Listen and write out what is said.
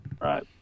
Right